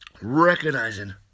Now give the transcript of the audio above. recognizing